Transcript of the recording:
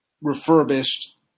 refurbished